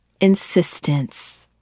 insistence